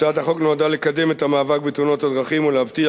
הצעת החוק נועדה לקדם את המאבק בתאונות הדרכים ולהבטיח